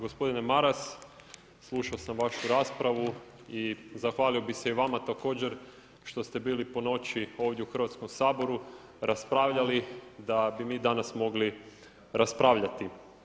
Gospodine Maras, slušao sam vašu raspravu i zahvalio bih se i vama također što ste bili po noći ovdje u Hrvatskom saboru, raspravljali da bi mi danas mogli raspravljati.